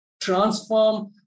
transform